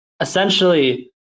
essentially